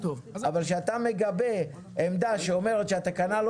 אבל כשאתה מגבה עמדה שאומרת שהתקנה לא